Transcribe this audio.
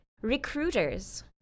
recruiters